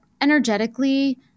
energetically